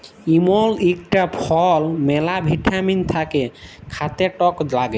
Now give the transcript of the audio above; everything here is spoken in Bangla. ইমল ইকটা ফল ম্যালা ভিটামিল থাক্যে খাতে টক লাগ্যে